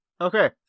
Okay